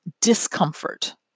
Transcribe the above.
discomfort